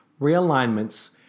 realignments